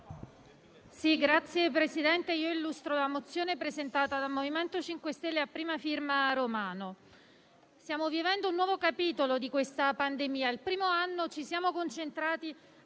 Signor Presidente, illustro la mozione presentata dal MoVimento 5 Stelle e a prima firma del senatore Romano. Stiamo vivendo un nuovo capitolo di questa pandemia: il primo anno ci siamo concentrati